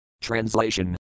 Translation